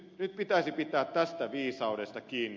nyt pitäisi pitää tästä viisaudesta kiinni